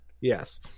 Yes